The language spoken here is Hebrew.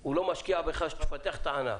הוא לא משקיע בך שתפתח את הענף,